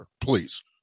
please